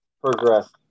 progress